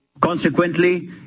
Consequently